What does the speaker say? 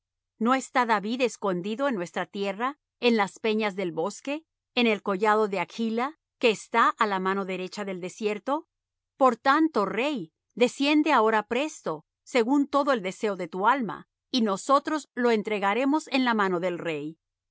no está david escondido en nuestra tierra en las peñas del bosque en el collado de hachla que está á la mano derecha del desierto por tanto rey desciende ahora presto según todo el deseo de tu alma y nosotros lo entregaremos en la mano del rey